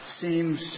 seems